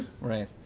Right